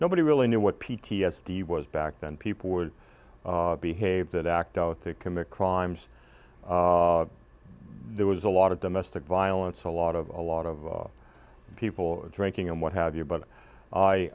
nobody really knew what p t s d was back then people would behave that act out to commit crimes there was a lot of domestic violence a lot of a lot of people drinking and what have you but